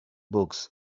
books